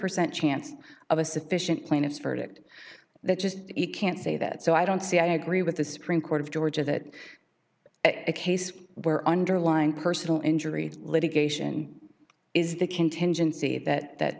percent chance of a sufficient plaintiff's verdict that just he can't say that so i don't see i agree with the supreme court of georgia that case where underlying personal injury litigation is the contingency that